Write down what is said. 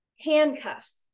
handcuffs